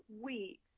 weeks